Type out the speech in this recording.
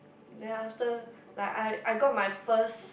then after like I I got my first